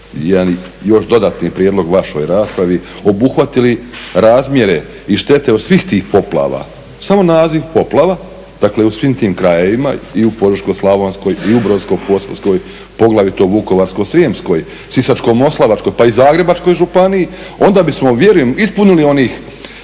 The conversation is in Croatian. bismo još dodatni prijedlog vašoj raspravi, obuhvatili razmjere i štete od svih tih poplava, samo naziv poplava u svim tim krajevima i u Požeško-slavonskoj i u Brodsko-posavskoj, poglavito Vukovarsko-srijemskoj, Sisačko-moslavačkoj pa i Zagrebačkoj županiji, onda bismo vjerujem ispunili onih